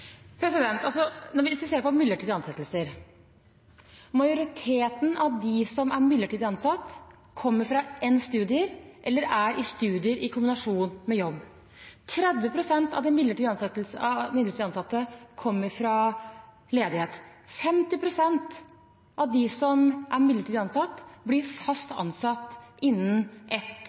på midlertidige ansettelser: Majoriteten av dem som er midlertidig ansatt, kommer fra endte studier eller er i studier i kombinasjon med jobb. 30 pst. av de midlertidig ansatte kommer fra ledighet. 50 pst. av dem som er midlertidig ansatt, blir fast ansatt innen ett